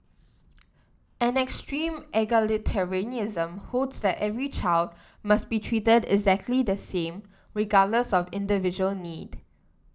an extreme egalitarianism holds that every child must be treated exactly the same regardless of individual need